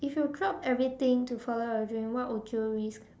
if you dropped everything to follow your dream what would you risk